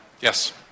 Yes